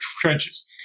trenches